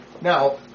Now